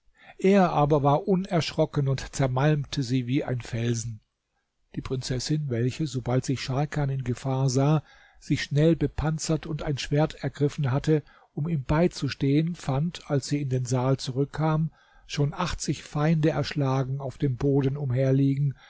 er aber war unerschrocken und zermalmte sie wie ein felsen die prinzessin welche sobald sich scharkan in gefahr sah sich schnell bepanzert und ein schwerte ergriffen hatte um ihm beizustehen fand als sie in den saal zurückkam schon achtzig feinde erschlagen auf dem boden umherliegen